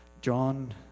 John